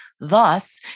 Thus